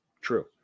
True